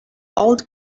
old